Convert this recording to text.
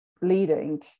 leading